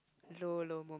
low lomo